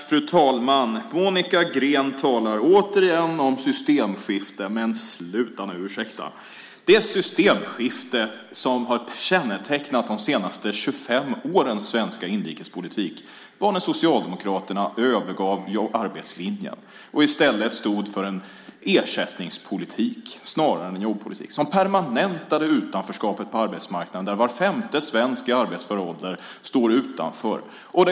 Fru talman! Monica Green talar återigen om systemskifte. Men sluta nu! Ursäkta! Det systemskifte som har kännetecknat de senaste 25 årens svenska inrikespolitik var när Socialdemokraterna övergav arbetslinjen och i stället stod för en ersättningspolitik snarare än en jobbpolitik. Det permanentade utanförskapet på arbetsmarknaden där var femte svensk i arbetsför ålder står utanför.